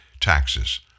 taxes